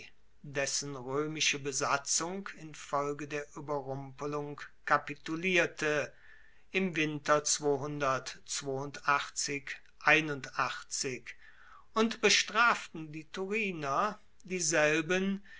dessen roemische besatzung infolge der ueberrumpelung kapitulierte im winter und bestraften die thuriner dieselben